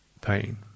pain